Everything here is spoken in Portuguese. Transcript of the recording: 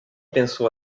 pensou